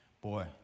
Boy